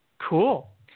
Cool